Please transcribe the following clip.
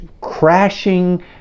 crashing